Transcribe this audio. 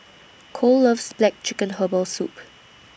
Cole loves Black Chicken Herbal Soup